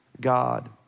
God